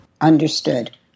Understood